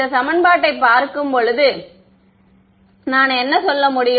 ஆனால் இந்த சமன்பாட்டைப் பார்க்கும்போது நான் என்ன சொல்ல முடியும்